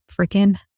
freaking